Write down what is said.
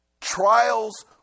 Trials